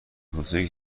توسعه